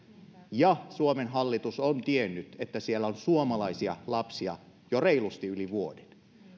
ja suomen hallitus on tiennyt että siellä on suomalaisia lapsia jo reilusti yli vuoden